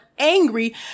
angry